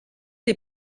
les